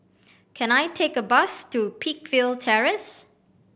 can I take a bus to Peakville Terrace